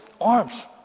arms